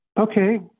okay